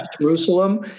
Jerusalem